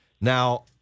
Now